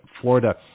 Florida